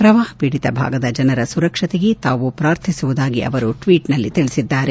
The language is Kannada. ಪ್ರವಾಹ ಪೀಡಿತ ಭಾಗದ ಜನರ ಸುರಕ್ಷತೆಗೆ ತಾವು ಪ್ರಾರ್ಥಿಸುವುದಾಗಿ ಅವರು ಟ್ವೀಟ್ನಲ್ಲಿ ತಿಳಿಸಿದ್ದಾರೆ